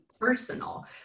personal